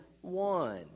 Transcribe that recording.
one